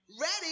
Ready